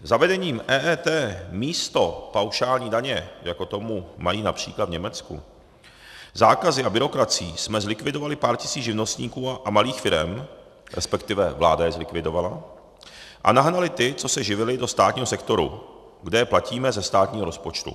Zavedením EET místo paušální daně, jako tomu mají např. v Německu, zákazy a byrokracií jsme zlikvidovali pár tisíc živnostníků a malých firem resp. vláda je zlikvidovala a nahrnuli ty, co se živili, do státního sektoru, kde je platíme ze státního rozpočtu.